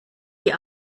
die